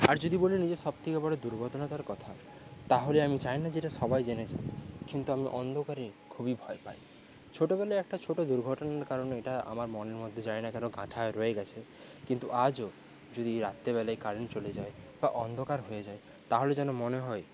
আর যদি বলেন নিজের সব থেকে বড়ো দুর্বলতার কথা তাহলে আমি চাই না যে এটা সবাই জেনে যাক কিন্তু আমি অন্ধকারে খুবই ভয় পাই ছোটোবেলায় একটা ছোটো দুর্ঘটনার কারণে এটা আমার মনের মধ্যে জানি না কেন গাঁথা রয়ে গেছে কিন্তু আজও যদি রাত্রেবেলায় কারেন্ট চলে যায় বা অন্ধকার হয়ে যায় তাহলে যেন মনে হয়